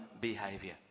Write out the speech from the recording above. behavior